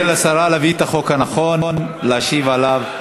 ניתן לשרה להביא את החוק הנכון ולהשיב עליו.